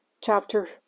chapter